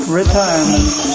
retirement